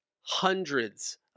hundreds